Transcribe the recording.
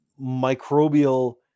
microbial